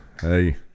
Hey